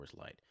Light